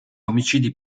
omicidi